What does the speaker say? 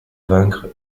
vaincre